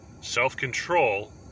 Self-control